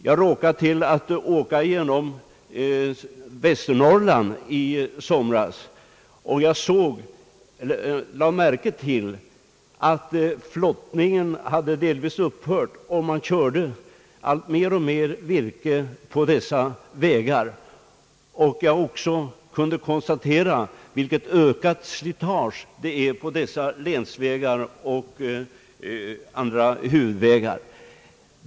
Jag råkade åka genom Västernorrland i somras och lade märke till att flottningen delvis hade upphört och att man körde alltmer virke på vägarna. Jag kunde också konstatera vilket ökat slitage detta medför på länsvägar och andra huvudvägar.